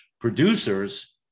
producers